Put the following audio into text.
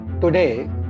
Today